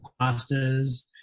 pastas